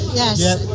yes